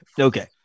okay